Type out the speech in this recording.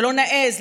שלא נעז,